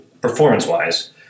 performance-wise